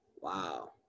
Wow